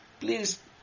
please